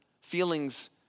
feelings